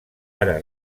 ara